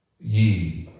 ye